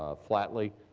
ah flatly.